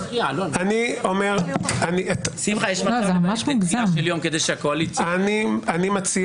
יש מצב לדחייה של יום כדי שהקואליציה --- אני מציע,